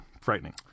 Frightening